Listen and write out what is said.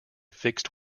fixed